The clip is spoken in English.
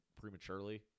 prematurely